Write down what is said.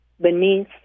Beneath